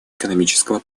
экономического